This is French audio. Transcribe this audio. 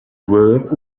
joueurs